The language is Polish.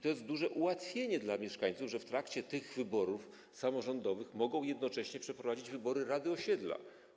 To jest duże ułatwienie dla mieszkańców, że w trakcie tych wyborów samorządowych mogą jednocześnie przeprowadzić wybory rady osiedla.